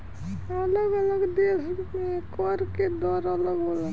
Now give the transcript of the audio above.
अलग अलग देश में कर के दर अलग होला